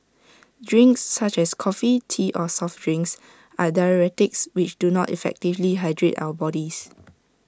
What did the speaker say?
drinks such as coffee tea or soft drinks are diuretics which do not effectively hydrate our bodies